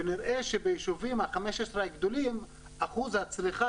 ונראה שב-15 היישובים הגדולים אחוז הצריכה